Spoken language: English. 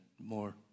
more